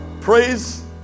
Praise